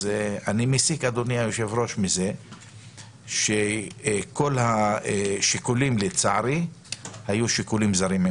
אני מסיק מזה שכל השיקולים לצערי היו שיקולים זרים.